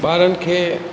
ॿारनि खे